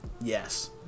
yes